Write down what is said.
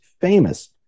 famous